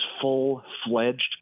full-fledged